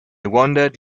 wandered